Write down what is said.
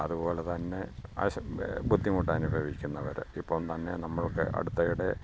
അതുപോലെ തന്നെ ബുദ്ധിമുട്ട് അനുഭവിക്കുന്നവര് ഇപ്പോള് തന്നെ നമ്മൾക്ക് അടുത്തയിടെ